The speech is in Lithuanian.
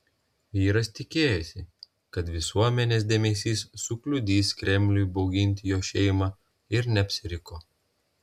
vyras tikėjosi kad visuomenės dėmesys sukliudys kremliui bauginti jo šeimą ir neapsiriko